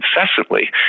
incessantly